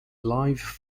live